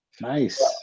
Nice